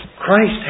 Christ